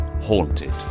Haunted